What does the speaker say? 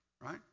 right